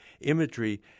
imagery